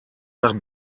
nach